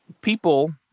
people